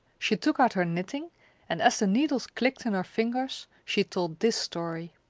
she took out her knitting and as the needles clicked in her fingers, she told this story